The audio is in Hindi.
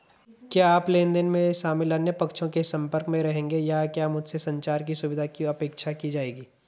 क्या आप लेन देन में शामिल अन्य पक्षों के संपर्क में रहेंगे या क्या मुझसे संचार की सुविधा की अपेक्षा की जाएगी?